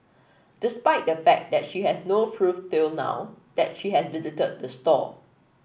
despite the fact that she has no proof till now that she has visited the store